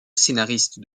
scénariste